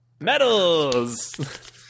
Medals